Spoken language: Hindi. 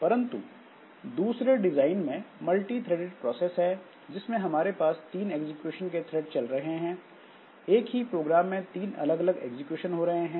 परंतु दूसरे डिजाइन में मल्टीथ्रेडेड प्रोसेस है जिसमें हमारे पास तीन एग्जीक्यूशन के थ्रेड चल रहे हैं एक ही प्रोग्राम में तीन अलग अलग एग्जीक्यूशन हो रहे हैं